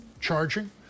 charging